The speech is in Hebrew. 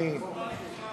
דאגתי לך.